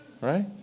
Right